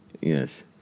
Yes